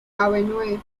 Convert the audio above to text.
avenue